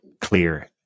clear